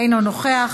אינו נוכח,